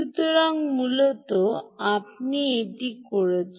সুতরাং মূলত আপনি এটি করছেন